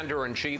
COMMANDER-IN-CHIEF